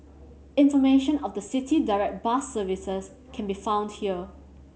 information of the City Direct bus services can be found here